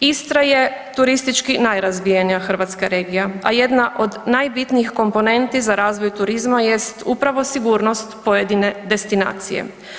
Istra je turistički najrazvijenija hrvatska regija a jedna od najbitnijih komponenti za razvoj turizma jest upravo sigurnost pojedine destinacije.